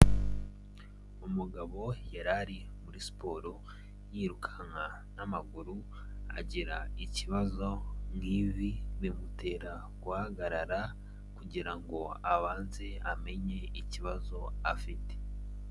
Umugabo yari ari muri siporo yirukanka n'amaguru, agira ikibazo mu ivi bimutera guhagarara kugira ngo abanze amenye ikibazo afite.